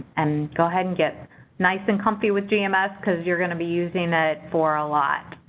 and go ahead and get nice and comfy with gms because you're going to be using it for a lot,